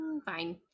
fine